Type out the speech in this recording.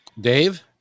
Dave